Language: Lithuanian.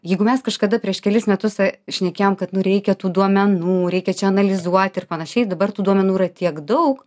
jeigu mes kažkada prieš kelis metus šnekėjom kad nu reikia tų duomenų reikia čia analizuoti ir panašiai dabar tų duomenų yra tiek daug